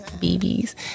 babies